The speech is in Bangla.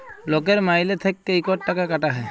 লকের মাইলে থ্যাইকে ইকট টাকা কাটা হ্যয়